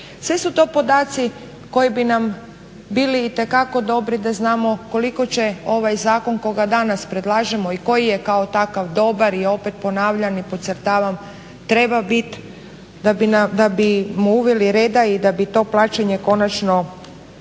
Sve su to podaci koji bi nam bili itekako dobri da znamo koliko će ovaj zakon koga danas predlažemo i koji je kao takav dobar i opet ponavljam i podcrtavam, treba biti da bismo uveli reda i da bi to plaćanje konačno postalo